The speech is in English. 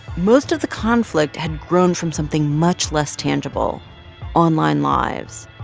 most of the conflict had grown from something much less tangible online lives.